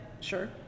Sure